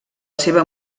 seva